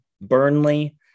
Burnley